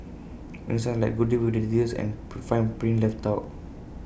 only sounds like good deal with details and fine print left out